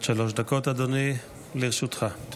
עד שלוש דקות לרשותך, אדוני.